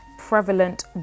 prevalent